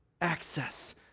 Access